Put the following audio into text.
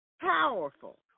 powerful